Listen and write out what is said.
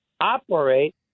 operate